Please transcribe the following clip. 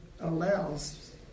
allows